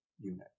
unit